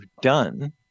done